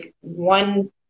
one